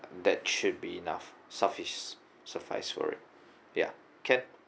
that should be enough sufficient suffice for it ya can